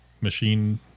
machine